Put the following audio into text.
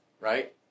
right